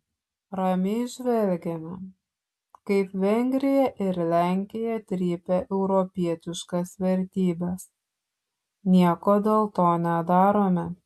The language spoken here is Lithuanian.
ramiai žvelgiame kaip vengrija ir lenkija trypia europietiškas vertybes nieko dėl to nedarome